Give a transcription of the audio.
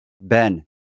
Ben